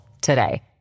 today